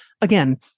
Again